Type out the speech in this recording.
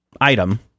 Item